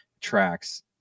tracks